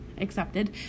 accepted